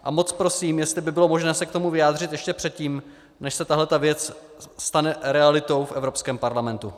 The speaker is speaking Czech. A moc prosím, jestli by bylo možné se k tomu vyjádřit ještě předtím, než se tahle věc stane realitou v Evropském parlamentu.